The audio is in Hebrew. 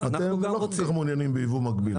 אתם לא כל כך מעוניינים ביבוא מקביל,